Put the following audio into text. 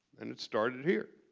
and it started here